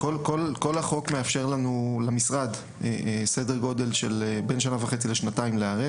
כל החוק מאפשר למשרד סדר גודל של בין שנה וחצי לשנתיים להיערך,